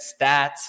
stats